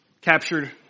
captured